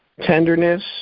tenderness